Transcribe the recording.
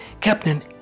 Captain